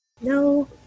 No